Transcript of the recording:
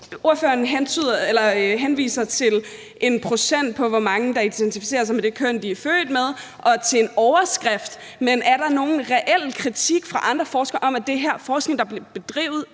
Ordføreren henviser til et procenttal for, hvor mange der identificerer sig med det køn, de er født med, og til en overskrift, men er der nogen reel kritik fra andre forskere om, at den her forskning, der bliver bedrevet,